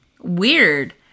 weird